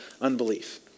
unbelief